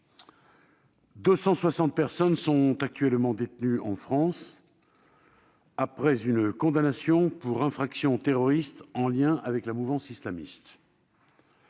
260 personnes sont actuellement détenues après une condamnation pour une infraction terroriste en lien avec la mouvance islamiste.